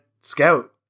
scout